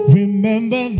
remember